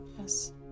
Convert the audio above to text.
Yes